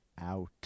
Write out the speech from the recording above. out